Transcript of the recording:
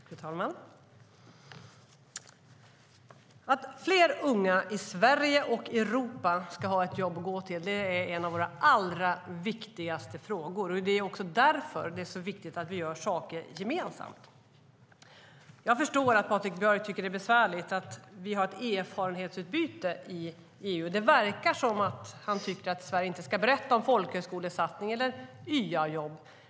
Fru talman! Att fler unga i Sverige och Europa ska ha ett jobb att gå till är en av våra allra viktigaste frågor. Det är också därför det är så viktigt att vi gör saker gemensamt. Jag förstår att Patrik Björck tycker att det är besvärligt att vi har ett erfarenhetsutbyte i EU. Det verkar som om han tycker att Sverige inte ska berätta om folkhögskolesatsning eller YA-jobb.